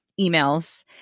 emails